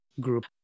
group